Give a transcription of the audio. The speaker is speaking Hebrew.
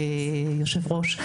אדוני היושב-ראש,